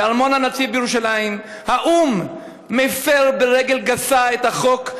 בארמון הנציב בירושלים האו"ם מפר ברגל גסה את החוק,